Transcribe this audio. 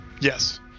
Yes